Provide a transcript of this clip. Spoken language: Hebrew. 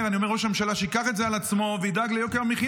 אני אומר לראש הממשלה שייקח את זה על עצמו וידאג ליוקר המחיה.